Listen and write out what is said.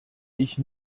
ich